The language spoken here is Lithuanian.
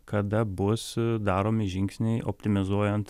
kada bus daromi žingsniai optimizuojant